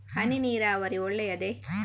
ಹನಿ ನೀರಾವರಿ ಒಳ್ಳೆಯದೇ?